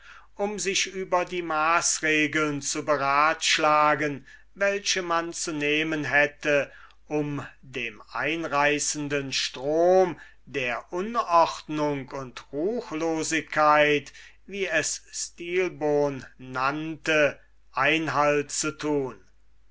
um sich über die maßregeln zu beratschlagen welche man zu nehmen hätte dem einreißenden strom der unordnung und ruchlosigkeit wie es stilbon nannte einhalt zu tun